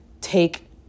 Take